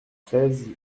treize